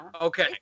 Okay